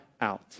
out